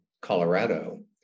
Colorado